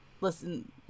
listen